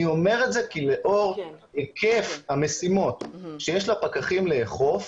אני אומר את זה כי לאור היקף המשימות שיש לפקחים לאכוף,